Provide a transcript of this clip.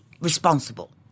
responsible